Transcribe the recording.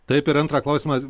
taip ir antrą klausimą